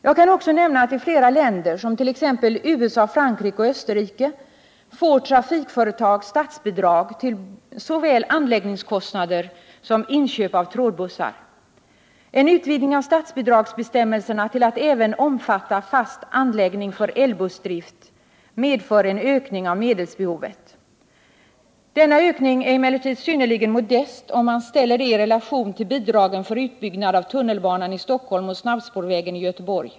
Jag kan också nämna att i flera länder,t.ex. USA, Frankrike och Österrike, får trafikföretag statsbidrag till såväl anläggningskostnader som inköp av trådbussar. En utvidgning av statsbidragsbestämmelserna till att omfatta även fast anläggning för elbussdrift medför en ökning av medelsbehovet. Denna ökning är emellertid synnerligen modest, om man ställer den i relation till bidragen för utbyggnad av tunnelbanan i Stockholm och snabbspårvägen i Göteborg.